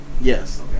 yes